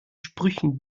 sprüchen